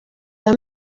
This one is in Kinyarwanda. aya